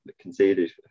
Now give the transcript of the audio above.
conceded